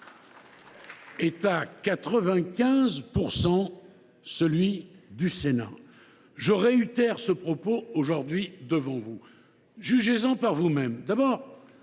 est à 95 % celui du Sénat. Je réitère ce propos aujourd’hui devant vous. Jugez en par vous mêmes,